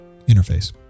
interface